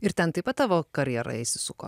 ir ten taip pat tavo karjera įsisuko